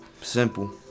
Simple